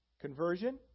Conversion